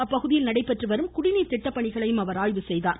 அப்பகுதியில் நடைபெற்றுவரும் குடிநீர் திட்டப்பணிகளையும் அமைச்சர் ஆய்வுசெய்தார்